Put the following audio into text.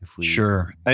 Sure